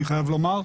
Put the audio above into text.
אני חייב לומר,